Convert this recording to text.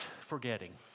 forgetting